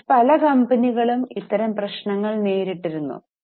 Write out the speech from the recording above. മറ്റു പല കമ്പനികളും ഇത്തരം പ്രശ്നങ്ങൾ നേരിട്ടിരുന്നു